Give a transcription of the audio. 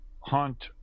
hunt